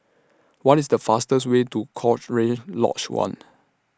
What IS The fastest Way to Cochrane Lodge one